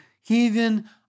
heathen